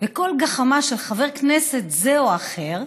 וכל גחמה של חבר כנסת זה או אחר,